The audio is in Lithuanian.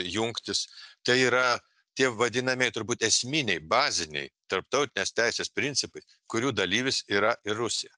jungtis tai yra tie vadinami turbūt esminiai baziniai tarptautinės teisės principai kurių dalyvis yra ir rusija